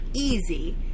easy